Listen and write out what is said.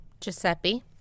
Giuseppe